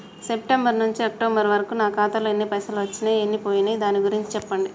September నుంచి October వరకు నా ఖాతాలో ఎన్ని పైసలు వచ్చినయ్ ఎన్ని పోయినయ్ దాని గురించి చెప్పండి?